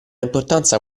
importanza